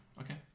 Okay